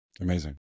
Amazing